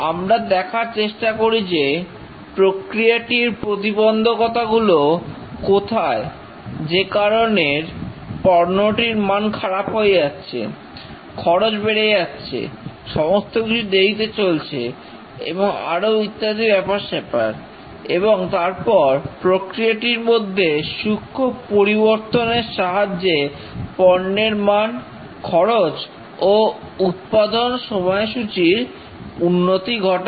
আমরা দেখার চেষ্টা করি যে প্রক্রিয়াটির প্রতিবন্ধকতাগুলো কোথায় যে কারণে পণ্যটির মান খারাপ হয়ে যাচ্ছে খরচ বেড়ে যাচ্ছে সমস্ত কিছু দেরিতে চলছে এবং আরো ইত্যাদি ব্যাপার স্যাপার এবং তারপর প্রক্রিয়াটির মধ্যে সূক্ষ্ম পরিবর্তনের সাহায্যে পণ্যের মান খরচ ও উৎপাদন সময়সূচীর উন্নতি ঘটাই